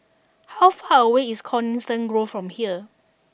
how far away is Coniston Grove from here